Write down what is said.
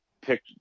pick